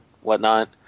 whatnot